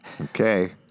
Okay